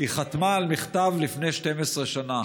היא חתמה על מכתב לפני 12 שנה.